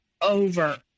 over